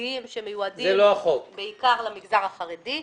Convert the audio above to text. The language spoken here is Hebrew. ייעודיים שמיועדים בעיקר למגזר החרדי.